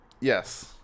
Yes